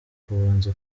kubanza